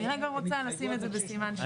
לכן אני רגע רוצה לשים את זה בסימן שאלה.